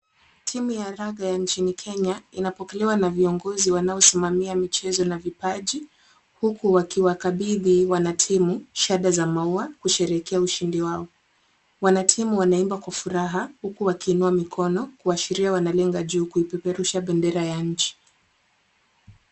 Timu ya raga ya nchini kenya inapokalewa na viongozi wanao simamia michezo na vipaji. Huku wakiwakabidhi wanatimu, shada za maua, kushirikia ushindi wao. Wanatimu wanaimba kwa furaha, huku wakinua mikono, kushiriki wanalenga juu kui peperusha bendera ya nchi.